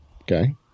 Okay